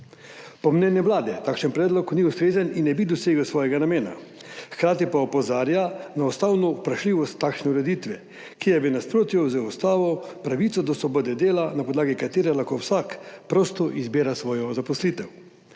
Po mnenju Vlade takšen predlog ni ustrezen in ne bi dosegel svojega namena, hkrati pa opozarja na ustavno vprašljivost takšne ureditve, ki je v nasprotju z ustavo, pravico do svobode dela, na podlagi katere lahko vsak prosto izbira svojo zaposlitev.